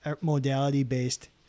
modality-based